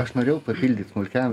aš norėjau papildyt smulkiam